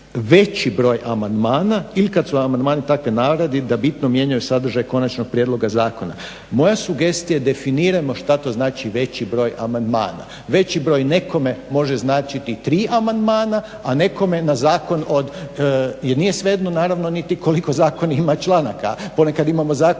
veći broj amandmana ili kad su amandmani takve naravi da bitno mijenjaju sadržaj konačnog prijedloga zakona. Moja sugestija je definirajmo što to znači veći broj amandmana. Veći broj nekome može značiti tri amandmana, a nekome na zakon od, jer nije svejedno naravno niti koliko zakon ima članaka. Ponekad imamo zakone